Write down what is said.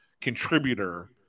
contributor